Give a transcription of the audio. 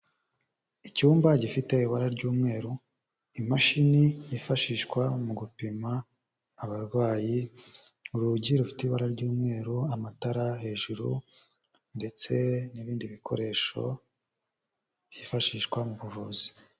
Icyumba gifite iba ry'umweru, imashini yifashishwa mu gupima abarwayi, urugi rufite ibara ry'umweru, amatara hejuru ndetse n'ibindi bikoresho byifashishwa mu buvuzi.